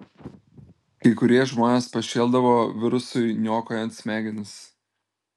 kai kurie žmonės pašėldavo virusui niokojant smegenis